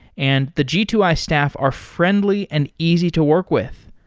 and the g two i staff are friendly and easy to work with.